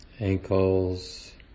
ankles